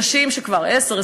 אנשים שכבר עשר,